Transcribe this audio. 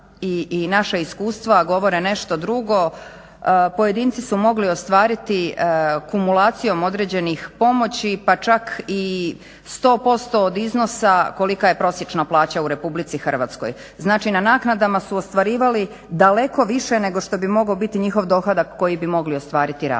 i naša iskustva govore nešto drugo, pojedinci su mogli ostvariti kumulacijom određenih pomoći pa čak i 100% od iznosa kolika je prosječna plaća u RH. Znači na naknadama su ostvarivali daleko više nego što bi mogao biti njihov dohodak koji bi mogli ostvariti radom.